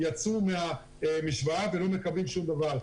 יצאו מהמשוואה ולא מקבלים שום דבר.